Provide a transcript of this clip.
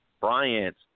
Bryant